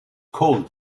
cold